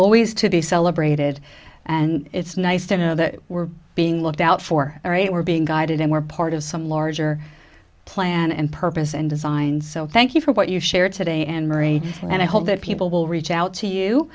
always to be celebrated and it's nice to know that we're being looked out for all right we're being guided and we're part of some larger plan and purpose and design so thank you for what you shared today and marie and i hope that people will reach out to you